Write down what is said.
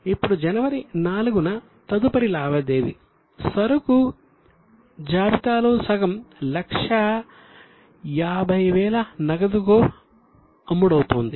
ఇప్పుడు జనవరి 4 న తదుపరి లావాదేవీ సరుకు జాబితాలో సగం 150000 నగదుకు అమ్ముడవుతోంది